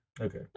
Okay